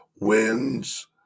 wins